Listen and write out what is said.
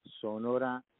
Sonora